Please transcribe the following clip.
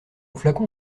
flacon